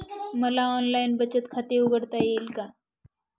मला ऑनलाइन बचत खाते उघडता येईल का?